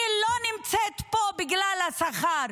אני לא נמצאת פה בגלל השכר.